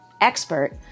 expert